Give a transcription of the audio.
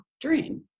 dream